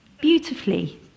beautifully